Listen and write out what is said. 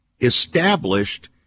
established